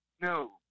no